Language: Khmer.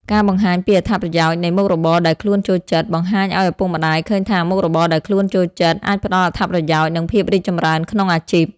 ការបង្ហាញពីអត្ថប្រយោជន៍នៃមុខរបរដែលខ្លួនចូលចិត្ត បង្ហាញឲ្យឪពុកម្ដាយឃើញថាមុខរបរដែលខ្លួនចូលចិត្ត អាចផ្តល់អត្ថប្រយោជន៍ និងភាពរីកចម្រើនក្នុងអាជីព។